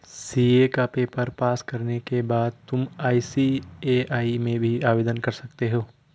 CA का paper pass करने के बाद तुम आई.सी.ए.आई में भी आवेदन कर सकते हो